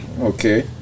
Okay